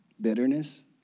bitterness